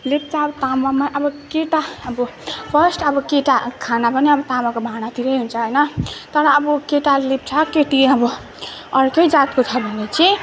लेप्चा ताँबामा अब केटा अब फर्स्ट अब केटा खाना पनि अब ताँबाको भाँडातिरै हुन्छ होइन तर अब केटा लेप्चा केटी अब अर्कै जातको छ भने चाहिँ